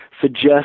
suggest